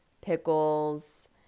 pickles